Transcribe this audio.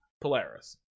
Polaris